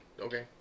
Okay